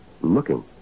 Looking